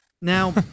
now